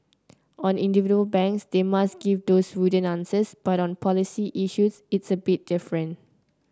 on individual banks they must give those wooden answers but on policy issues it's a bit different